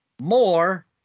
more